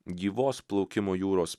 gyvos plaukimo jūros